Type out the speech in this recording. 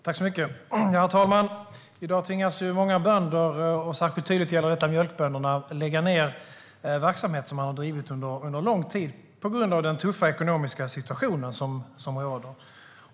Herr talman! I dag tvingas många bönder - det gäller särskilt tydligt mjölkbönderna - lägga ned verksamhet som man har drivit under lång tid på grund av den tuffa ekonomiska situation som råder.